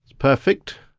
perfect.